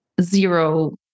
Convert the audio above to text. zero